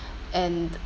and